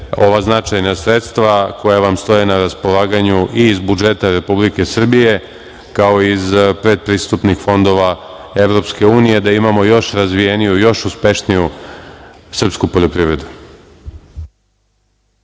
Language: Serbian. ova značajna sredstva koja vam stoje na raspolaganju iz budžeta Republike Srbije, kao i iz predpristupnih fondova EU, da imamo još razvijeniju i još uspešniju srpsku poljoprivredu.